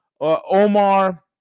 Omar